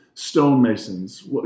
stonemasons